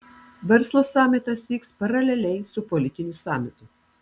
verslo samitas vyks paraleliai su politiniu samitu